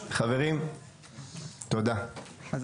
א',